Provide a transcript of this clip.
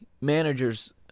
managers